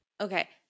Okay